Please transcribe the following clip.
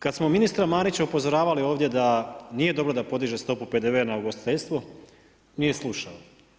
Kada smo ministra Marića upozoravali ovdje da nije dobro da podiže stopu PDV-a na ugostiteljstvo nije slušao.